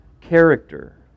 character